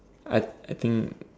I think